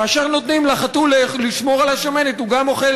כאשר נותנים לחתול לשמור על השמנת הוא גם אוכל